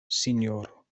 sinjoro